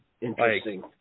Interesting